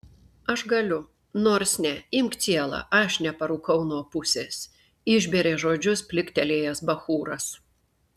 aš galiu nors ne imk cielą aš neparūkau nuo pusės išbėrė žodžius pliktelėjęs bachūras